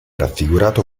raffigurato